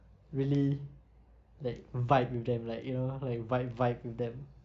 really like vibe with them like you know like vibe vibe with them